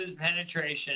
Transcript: penetration